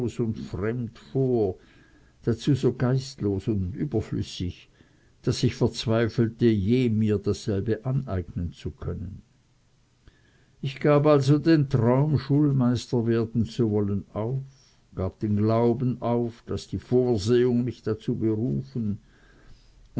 fremd vor dazu so geistlos und überflüssig daß ich verzweifelte je mir dasselbe aneignen zu können ich gab also den traum schulmeister werden zu wollen auf gab den glauben auf daß die vorsehung mich dazu berufen